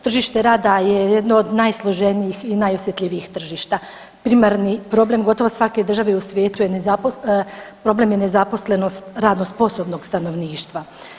Tržište rada je jedno od najsloženijih i najosjetljivijih tržišta, primarni problem gotovo svake države u svijetu je problem je nezaposlenost radno sposobnog stanovništva.